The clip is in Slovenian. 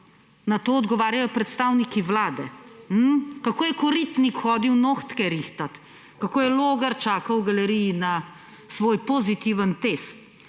na to odgovarjajo predstavniki Vlade? Kako je Koritnik hodil nohtke rihtat? Kako je Logar čakal v galeriji na svoj pozitiven test?